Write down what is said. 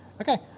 Okay